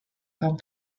come